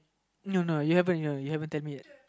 no no you haven't you haven't tell me yet